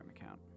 account